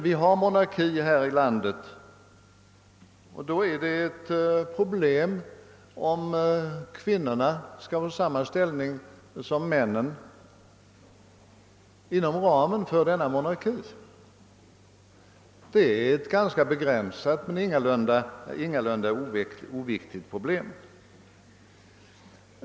Vi har monarki här i landet, och det problem det gäller är om kvinnorna skall ges samma ställning som männen inom ramen för denna monarki. Det är ett ganska begränsat men ingalunda oviktigt problem.